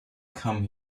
come